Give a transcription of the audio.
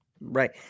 Right